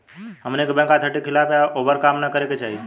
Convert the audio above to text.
हमनी के bank authority के खिलाफ या ओभर काम न करे के चाही